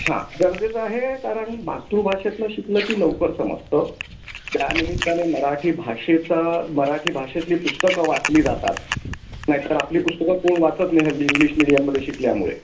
हा गरजेच आहे कारण मातृभाषेतून शिकलं की लवकर समजतं त्यानिमित्ताने मराठी भाषेचा मराठी भाषेतली पुस्तकं वाचली जातात नाहीतर आपली पुस्तकं कोण वाचत नाही हल्ली इंग्लिश मिडियममध्ये शिकल्यामुळे